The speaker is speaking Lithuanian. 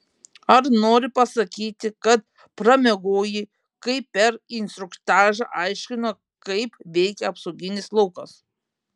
ar nori pasakyti kad pramiegojai kai per instruktažą aiškino kaip veikia apsauginis laukas